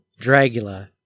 Dragula